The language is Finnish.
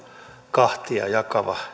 kahtia jakava